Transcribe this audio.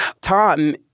Tom